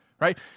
Right